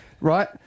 right